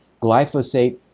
glyphosate